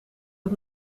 het